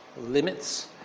limits